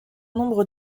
nombre